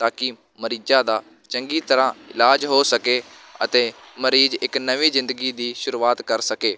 ਤਾਂ ਕਿ ਮਰੀਜ਼ਾਂ ਦਾ ਚੰਗੀ ਤਰ੍ਹਾਂ ਇਲਾਜ ਹੋ ਸਕੇ ਅਤੇ ਮਰੀਜ਼ ਇੱਕ ਨਵੀਂ ਜ਼ਿੰਦਗੀ ਦੀ ਸ਼ੁਰੂਆਤ ਕਰ ਸਕੇ